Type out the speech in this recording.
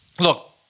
look